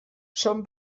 són